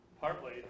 partly